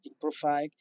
profile